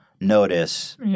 notice